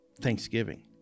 Thanksgiving